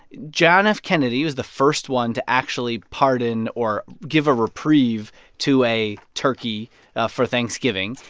john f. kennedy was the first one to actually pardon or give a reprieve to a turkey ah for thanksgiving.